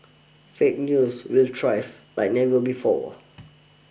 fake news will thrive like never before